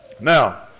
Now